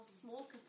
small